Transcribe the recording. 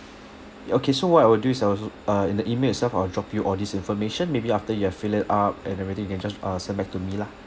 okay so what I would do is I will s~ uh in the email itself I will drop you all this information maybe after you have fill it up and everything you can just uh send back to me lah